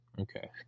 Okay